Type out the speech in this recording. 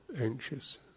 anxious